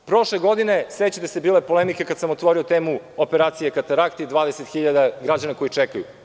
Prošle godine, sećate se, bilo je polemike kada sam otvorio temu operacije katarakte i 20.000 građana koji čekaju.